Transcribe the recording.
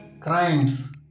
crimes